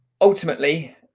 Ultimately